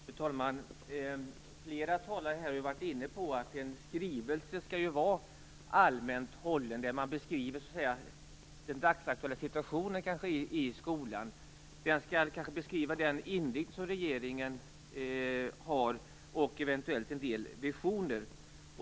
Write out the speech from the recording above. Fru talman! Flera talare har varit inne på att en skrivelse skall vara allmänt hållen. Man beskriver så att säga den dagsaktuella situationen i skolan, den inriktning som regeringen har och eventuellt en del visioner.